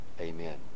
Amen